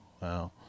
wow